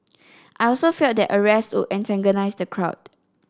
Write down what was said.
I also felt that arrest would antagonise the crowd